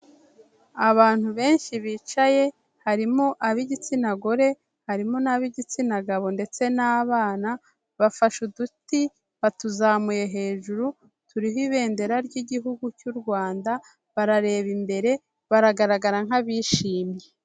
Abantu benshi bicaye, harimo ab'igitsina gore, harimo n'ab'igitsina gabo ndetse n'abana, bafashe uduti, batuzamuye hejuru, turiho ibendera ry'igihugu cy'u Rwanda, barareba imbere, baragaragara nk'abishimye.